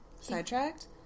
Sidetracked